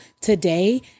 today